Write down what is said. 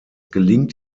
gelingt